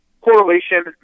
correlation